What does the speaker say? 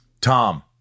tom